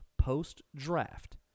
post-draft